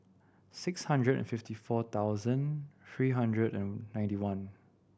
six hundred and fifty four thousand three hundred and ninety one